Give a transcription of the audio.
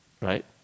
right